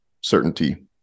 certainty